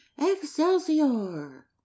Excelsior